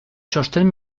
txosten